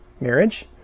marriage